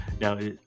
Now